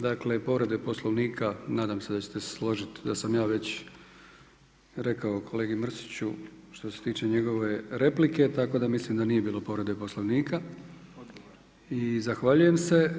Dakle povrede Poslovnika, nadam se da ćete se složiti da sam ja već rekao kolegi Mrsiću što se tiče njegove replike, tako da mislim da nije bilo povrede Poslovnika i zahvaljujem se.